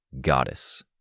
Goddess